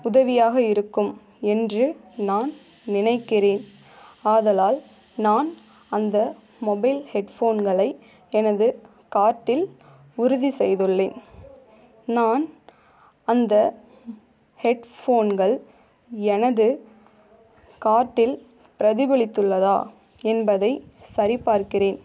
உதவியாக இருக்கும் என்று நான் நினைக்கிறேன் ஆதலால் நான் அந்த மொபைல் ஹெட் ஃபோன்களை எனது கார்ட்டில் உறுதிச் செய்துள்ளேன் நான் அந்த ஹெட் ஃபோன்கள் எனது கார்ட்டில் பிரதிபலித்துள்ளதா என்பதைச் சரி பார்க்கிறேன்